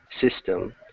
system